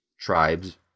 tribes